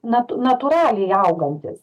nat natūraliai augantis